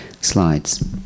slides